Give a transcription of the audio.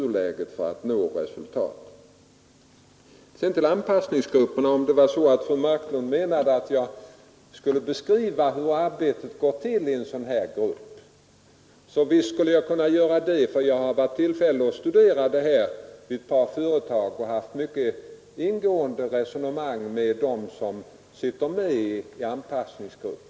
Menade fru Marklund i fråga om anpassningsgrupperna att jag skulle beskriva hur arbetet går till i en sådan grupp? Visst skulle jag kunna göra det, eftersom jag haft tillfälle att studera saken vid ett par företag. Jag har haft mycket ingående resonemang med dem som sitter med i anpassningsgruppen.